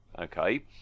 okay